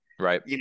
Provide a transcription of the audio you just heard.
Right